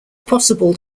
possible